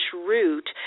route